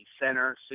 center